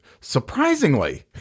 surprisingly